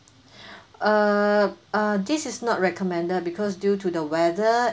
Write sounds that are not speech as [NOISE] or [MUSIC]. [BREATH] uh uh this is not recommended because due to the weather